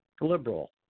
liberal